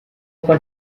uko